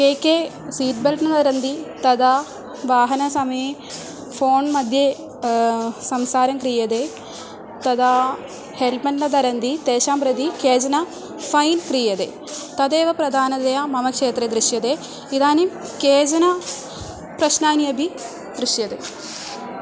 के के seat belt न धरन्ति तदा वाहनसमये फ़ोण् मध्ये संसारः क्रियते तदा हेल्प्मेण्ट् न धरन्ति तेषां प्रति केचन फ़ैन् क्रियते तदेव प्रधानतया मम क्षेत्रे दृश्यते इदानीं केचन प्रश्नानि अपि दृश्यते